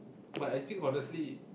but I think honestly